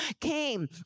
came